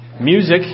music